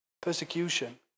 Persecution